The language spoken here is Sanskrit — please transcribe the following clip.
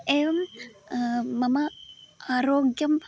एवं मम आरोग्यं